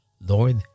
Lord